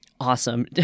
Awesome